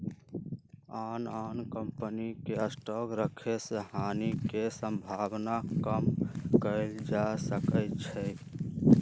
आन आन कम्पनी के स्टॉक रखे से हानि के सम्भावना कम कएल जा सकै छइ